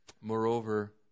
Moreover